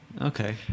Okay